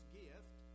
gift